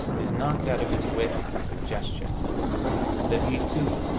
is knocked out of his wits by suggestion that he, too,